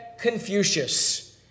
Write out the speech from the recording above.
Confucius